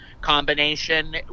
combination